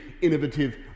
innovative